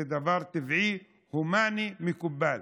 זה דבר טבעי, הומני ומקובל.